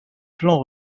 plans